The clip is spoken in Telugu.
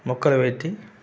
మొక్కలు పెట్టి